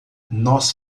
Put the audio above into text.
nós